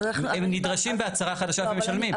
הם נדרשים בהצהרה חדשה ומשלמים.